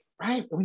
right